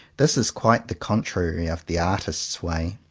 this is quite the contrary of the artist's way.